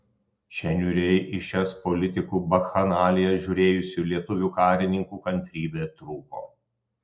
čia niūriai į šias politikų bakchanalijas žiūrėjusių lietuvių karininkų kantrybė trūko